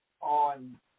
on